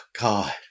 god